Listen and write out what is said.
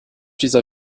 dieser